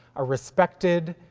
a respected,